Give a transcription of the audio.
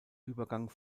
übergang